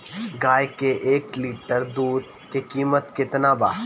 गाय के एक लीटर दूध के कीमत केतना बा?